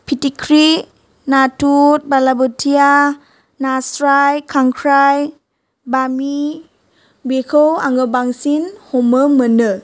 फिथिख्रि नाथुर बाला बोथिया नास्राय खांख्राइ बामि बेखौ आङो बांसिन हमो मोनो